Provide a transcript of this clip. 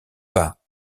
pas